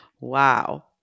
Wow